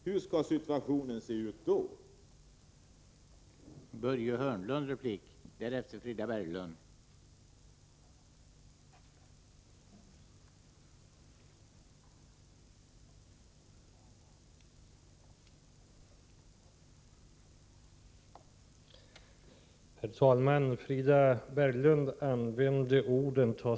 Hur kommer situationen att te sig då?